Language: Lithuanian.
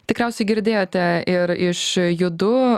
tikriausiai girdėjote ir iš judu